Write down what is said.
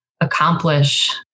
accomplish